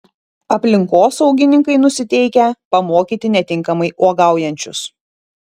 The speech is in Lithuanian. aplinkosaugininkai nusiteikę pamokyti netinkamai uogaujančius